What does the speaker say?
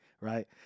right